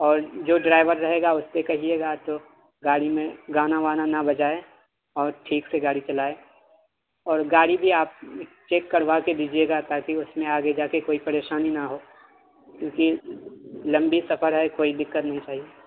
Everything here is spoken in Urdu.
اور جو ڈرائیور رہے گا اس سے کہیے گا تو گاڑی میں گانا وانا نہ بجائے اور ٹھیک سے گاڑی چلائے اور گاڑی بھی آپ چیک کروا کے دیجیے گا تاکہ اس میں آگے جا کے کوئی پریشانی نہ ہو کیونکہ لمبی سفر ہے کوئی دقت نہیں چاہیے